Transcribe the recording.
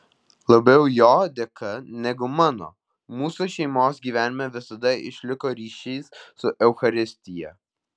labiau jo dėka negu mano mūsų šeimos gyvenime visada išliko ryšys su eucharistija